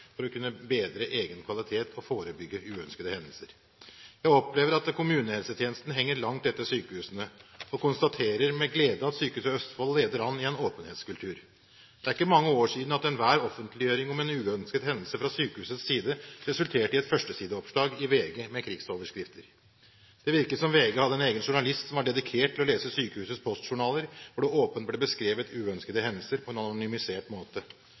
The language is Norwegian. for å kunne bedre egen kvalitet og forebygge uønskede hendelser. Jeg opplever at kommunehelsetjenesten henger langt etter sykehusene, og konstaterer med glede at Sykehuset Østfold leder an i en åpenhetskultur. Det er ikke mange år siden enhver offentliggjøring om en uønsket hendelse fra sykehusets side resulterte i et førstesideoppslag i VG med krigsoverskrifter. Det virket som VG hadde en egen journalist som var dedikert til å lese sykehusets postjournaler, hvor det åpent ble beskrevet uønskede hendelser på en anonymisert måte.